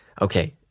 Okay